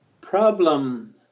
problem